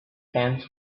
stands